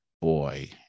boy